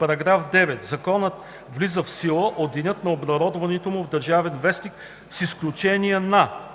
„§ 9. Законът влиза в сила от деня на обнародването му в „Държавен вестник“, с изключение на: